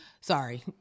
sorry